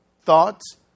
thoughts